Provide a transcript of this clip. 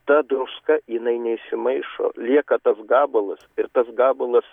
ta druska jinai neįsimaišo lieka tas gabalas ir tas gabalas